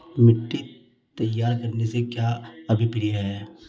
मिट्टी तैयार करने से क्या अभिप्राय है?